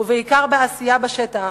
ובעיקר בעשייה בשטח,